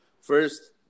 first